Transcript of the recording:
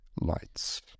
lights